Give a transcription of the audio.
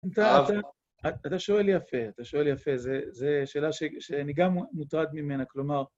אתה שואל יפה, אתה שואל יפה, זה שאלה שאני גם מוטרד ממנה, כלומר...